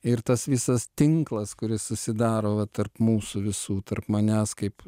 ir tas visas tinklas kuris susidaro va tarp mūsų visų tarp manęs kaip